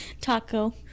Taco